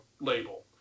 label